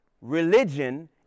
Religion